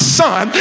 son